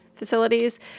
facilities